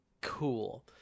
Cool